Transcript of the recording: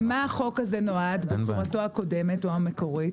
למה החוק הזה נועד בגרסתו הקודמת או המקורית?